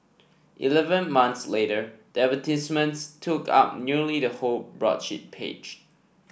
eleven months later the advertisements took up nearly the whole broadsheet page